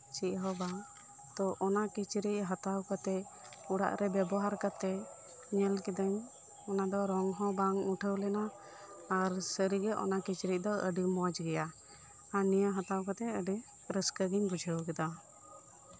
ᱪᱮᱫ ᱦᱚᱸ ᱵᱟᱝ ᱛᱚ ᱚᱱᱟ ᱠᱤᱪᱨᱤᱪ ᱦᱟᱛᱟᱣ ᱠᱟᱛᱮᱫ ᱚᱲᱟᱜ ᱨᱮ ᱵᱮᱵᱚᱦᱟᱨ ᱠᱟᱛᱮᱫ ᱧᱮᱞ ᱠᱤᱫᱟᱹᱧ ᱚᱱᱟ ᱫᱚ ᱨᱚᱝ ᱦᱚᱸ ᱵᱟᱝ ᱩᱴᱷᱟᱹᱣ ᱞᱮᱱᱟ ᱟᱨ ᱥᱟᱹᱨᱤᱜᱮ ᱚᱱᱟ ᱠᱤᱪᱨᱤᱪ ᱫᱚ ᱟᱹᱰᱤ ᱢᱚᱸᱡᱽ ᱜᱮᱭᱟ ᱟᱨ ᱱᱤᱭᱟᱹ ᱦᱟᱛᱟᱣ ᱠᱟᱛᱮᱫ ᱟᱹᱰᱤ ᱨᱟᱹᱥᱠᱟᱹ ᱜᱤᱧ ᱵᱩᱡᱷᱟᱹᱣ ᱠᱮᱫᱟ